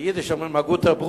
ביידיש אומרים "א גוטער ברודער",